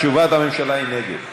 תשובת הממשלה היא נגד,